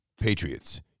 Patriots